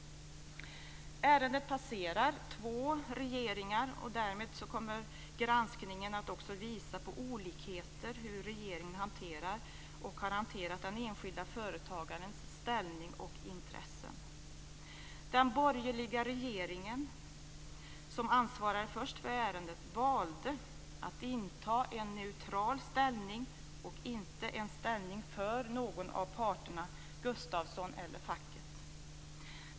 Ärendet passerar två regeringar. Därmed kommer granskningen att visa på olikheter i hur regeringarna har hanterat den enskilde företagarens ställning och intressen. Den borgerliga regeringen som först ansvarade för ärendet valde att inta en neutral ställning och inte att ta ställning för någon av parterna Gustafsson eller facket.